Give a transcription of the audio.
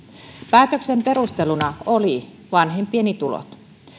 päätöksen perusteluna olivat vanhempieni tulot